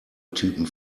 typen